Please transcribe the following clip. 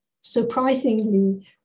Surprisingly